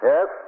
Yes